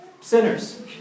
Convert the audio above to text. sinners